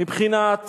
מבחינת